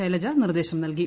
ശൈലിജ നിർദ്ദേശം നൽകി